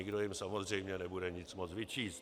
Nikdo jim samozřejmě nebude nic moct vyčíst.